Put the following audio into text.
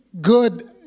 good